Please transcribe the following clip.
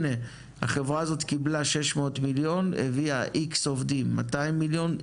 הנה החברה הזאת קיבלה 600 מיליון הביאה X עובדים 200 מיליון,